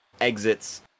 exits